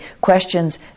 questions